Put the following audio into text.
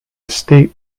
estate